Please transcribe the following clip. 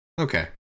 Okay